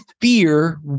fear